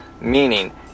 Meaning